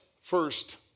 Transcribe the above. first